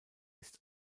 ist